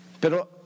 Pero